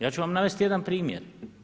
Ja ću vam navesti jedan primjer.